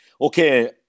okay